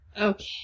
Okay